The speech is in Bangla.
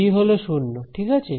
বি হল শূন্য ঠিক আছে